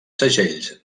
segells